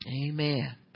Amen